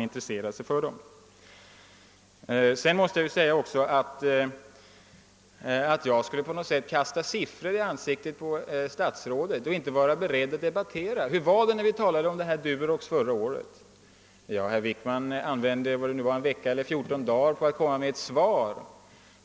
Vidare säger statsrådet att jag kastar siffror i ansiktet på honom men inte är beredd att debattera. Hur var det när vi förra året behandlade Durox? Herr Wickman använde en vecka eller fjorton dagar för att komma med ett svar.